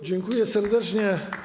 Dziękuję serdecznie.